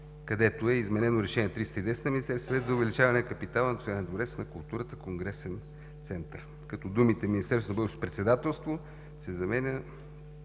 където е изменено Решение № 310 на Министерския съвет за увеличаване на капитала на „Национален дворец на културата – Конгресен център“, като думите „Министерство на българското председателството“ се заменят